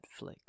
Netflix